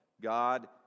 God